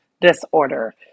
disorder